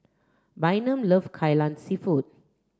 Bynum love Kai Lan Seafood